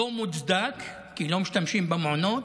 לא מוצדק, כי לא משתמשים במעונות,